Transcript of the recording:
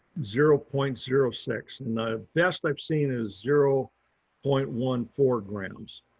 zero point zero six and the best i've seen is zero point one four grams.